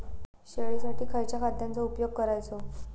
शेळीसाठी खयच्या खाद्यांचो उपयोग करायचो?